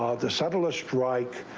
ah the settlers strike,